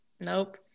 nope